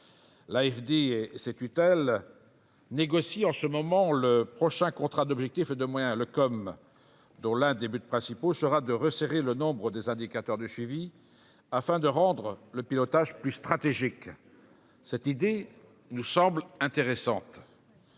L'AFD et ses tutelles négocient en ce moment le prochain contrat d'objectifs et de moyens (COM), dont l'un des buts principaux sera de resserrer le nombre des indicateurs de suivi, afin de rendre le pilotage plus stratégique ; cette idée nous semble intéressante.